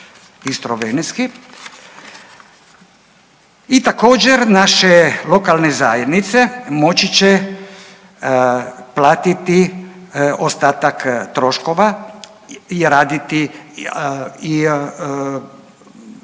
I također naše lokalne zajednice moći će platiti ostatak troškova i raditi i dovršiti